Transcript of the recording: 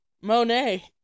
Monet